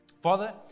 Father